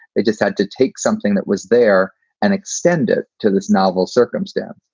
they just had to take something that was there and extend it to this novel circumstance.